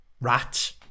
rats